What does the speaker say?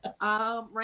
Right